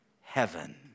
heaven